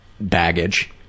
baggage